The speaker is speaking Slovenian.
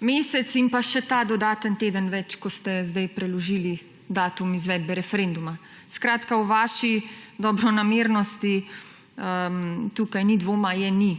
mesec in še ta dodaten teden več, ko ste sedaj preložili datum izvedbe referenduma? Skratka, o vaši dobronamernosti tukaj ni dvoma: je ni!